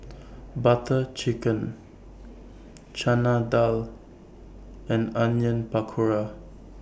Butter Chicken Chana Dal and Onion Pakora